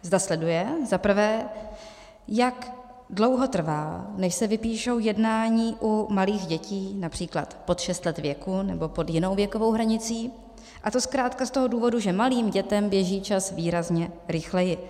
Zda sleduje, za prvé, jak dlouho trvá, než se vypíší jednání u malých dětí, například pod šest let věku nebo pod jinou věkovou hranicí, a to zkrátka z toho důvodu, že malým dětem běží čas výrazně rychleji.